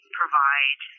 provide